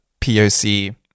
POC